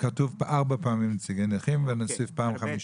כתוב 4 פעמים נציגי נכים, ונוסיף פעם חמישית.